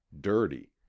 dirty